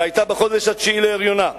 שהיתה בחודש התשיעי להריונה,